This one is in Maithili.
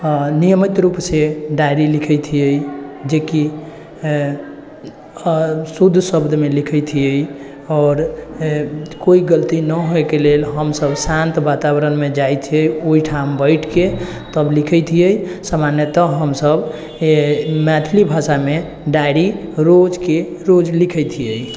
नियमित रुपसँ डायरी लिखै छियै जेकि शुद्ध शब्दमे लिखै छियै आओर कोइ गलती नहि होइके लेल हम सभ शान्त वातावरणमे जाइ छियै ओहिठाम बैठिके तब लिखै छियै सामान्यतः हम सभ मैथिली भाषामे डायरी रोजके रोज लिखे छियै